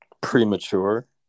premature